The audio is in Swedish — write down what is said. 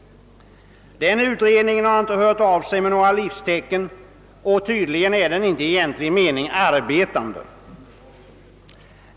Denna utredning har inte givit några livstecken ifrån sig och tydligen är den inte i egentlig mening arbetande.